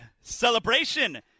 celebration